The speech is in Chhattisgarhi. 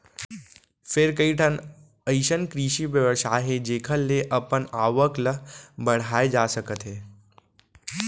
फेर कइठन अइसन कृषि बेवसाय हे जेखर ले अपन आवक ल बड़हाए जा सकत हे